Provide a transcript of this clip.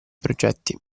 progetti